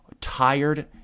tired